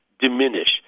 diminish